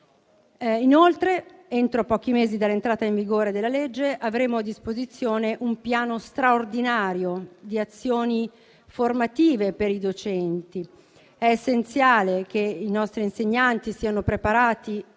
Inoltre, entro pochi mesi dall'entrata in vigore della legge, avremo a disposizione un piano straordinario di azioni formative per i docenti. È essenziale che i nostri insegnanti siano preparati